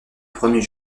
premier